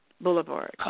Boulevard